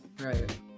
right